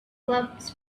clubs